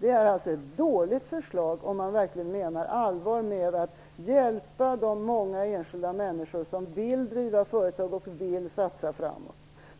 Det är ett dåligt förslag om man verkligen menar allvar med att hjälpa de många, enskilda människor som vill driva ett företag och satsa framåt.